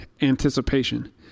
anticipation